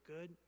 good